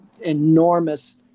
enormous